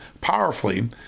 powerfully